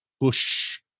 push